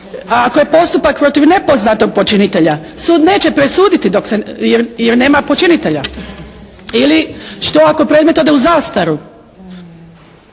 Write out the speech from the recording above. ako je postupak protiv nepoznatog počinitelja, sud neće presuditi dok se, je nema počinitelja. Ili što ako predmet ode u zastaru.